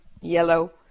yellow